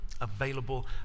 available